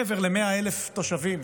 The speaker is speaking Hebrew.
מעבר ל-100,000 תושבים